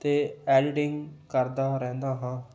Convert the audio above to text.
ਅਤੇ ਐਡਟਿੰਗ ਕਰਦਾ ਰਹਿੰਦਾ ਹਾਂ